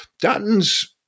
Dutton's